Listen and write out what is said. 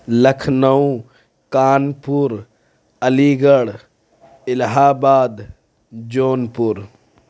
Lucknow Kanpur Aligarh Allahabad Jaunpur